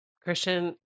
Christian